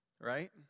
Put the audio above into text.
right